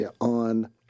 on